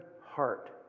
heart